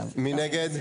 2 נגד,